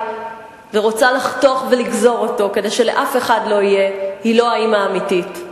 צריך לזכור שסביבת הריבית הנמוכה שלא היתה נהוגה מעולם בישראל,